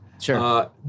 Sure